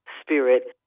spirit